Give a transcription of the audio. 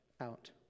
out